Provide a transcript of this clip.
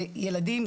זה ילדים,